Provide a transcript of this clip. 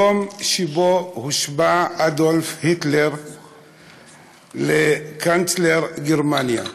היום שבו הושבע אדולף היטלר לקנצלר גרמניה.